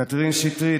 קטרין שטרית,